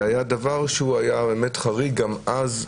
זה היה דבר שהיה חריג גם אז,